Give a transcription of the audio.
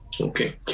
Okay